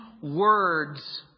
words